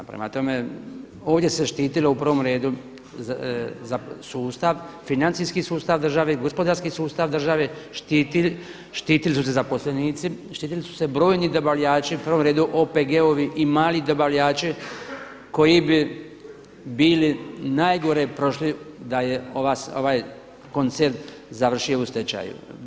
Prema tome, ovdje se štitilo u prvom redu sustav, financijski sustav države, gospodarski sustav države, štitili su se zaposlenici, štitili su se brojni dobavljači, u prvom redu OPG-ovi i mali dobavljači koji bi bili najgore prošli da je ovaj koncern završio u stečaju.